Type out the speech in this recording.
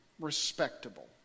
Respectable